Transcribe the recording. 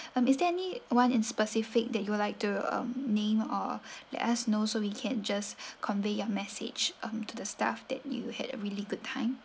and is there any one in specific that you would like to um name or let us know so we can just convey your message um to the staff that you had a really good time